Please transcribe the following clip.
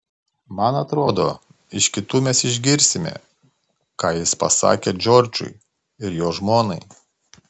man atrodo iš kitų mes išgirsime ką jis pasakė džordžui ir jo žmonai